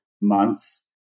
months